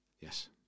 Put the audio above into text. Yes